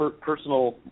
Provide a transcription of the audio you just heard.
personal